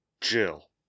Jill